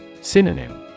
Synonym